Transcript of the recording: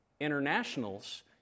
internationals